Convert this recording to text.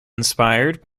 inspired